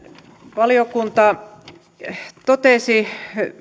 valiokunta totesi